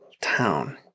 town